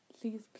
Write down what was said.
please